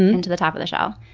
into the top of the shell.